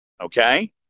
Okay